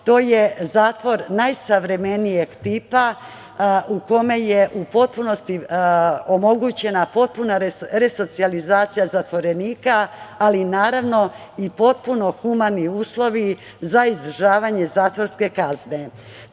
To je zatvor najsavremenijeg tipa u kome je u potpunosti omogućena potpuna resocijalizacija zatvorenika, ali naravno i potpuno humani uslovi za izdržavanje zatvorske